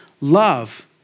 love